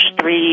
three